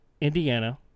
Indiana